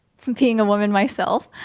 being a woman myself,